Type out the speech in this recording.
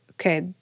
okay